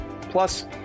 Plus